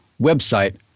website